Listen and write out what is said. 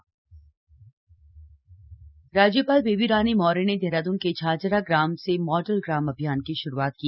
model ग्राम राजभवन राज्यपाल बेबी रानी मौर्य ने देहरादून के झाझरा ग्राम से मॉडल ग्राम अभियान की श्रुआत की